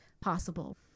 possible